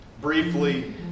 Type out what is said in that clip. Briefly